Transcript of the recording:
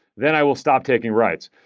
then i will stop taking writes.